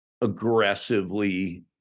aggressively